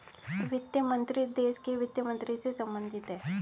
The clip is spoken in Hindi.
वित्त मंत्रीत्व देश के वित्त मंत्री से संबंधित है